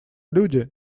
люди